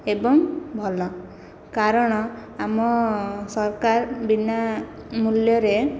ଏବଂ ଭଲ କାରଣ ଆମ ସରକାର ବିନା ମୂଲ୍ୟରେ